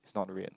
it's not red